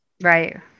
right